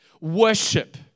worship